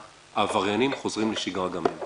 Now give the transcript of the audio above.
העבריינים חוזרים לשגרה גם הם,